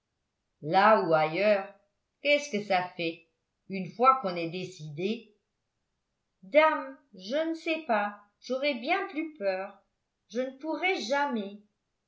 là ou ailleurs qu'est-ce que ça fait une fois qu'on est décidé dame je ne sais pas j'aurais bien plus peur je ne pourrais jamais